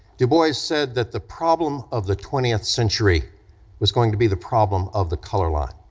du bois said that the problem of the twentieth century was going to be the problem of the color line.